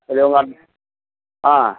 சரி உங்கள் அட் ஆ